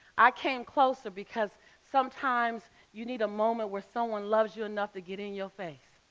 i came closer because sometimes, you need a moment where someone loves you enough to get in your face,